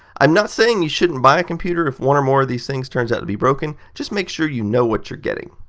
i'm not saying you shouldn't buy a computer if one or more of these things turns out to be broken. just make sure you know what you are getting.